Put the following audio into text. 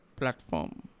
platform